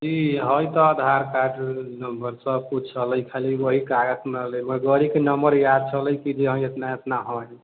जी है तऽ आधारकार्ड नम्बर सब किछु छलै हँ खाली वहि कागज नहि रहलै गाड़ीके नम्बर याद छलै हँ कि जे हँ इतना इतना है